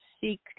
seek